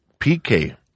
PK